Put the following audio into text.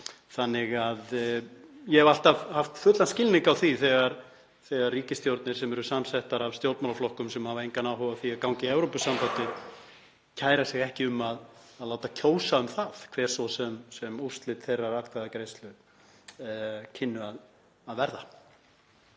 áhuga á. Ég hef alltaf haft fullan skilning á því þegar ríkisstjórnir sem eru samsettar af stjórnmálaflokkum sem hafa engan áhuga á því að ganga í Evrópusambandið kæra sig ekki um að láta kjósa um það, hver svo sem úrslit þeirrar atkvæðagreiðslu kynnu að verða.